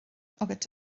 agat